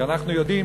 כי אנחנו יודעים